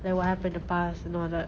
like what happen in the past and all that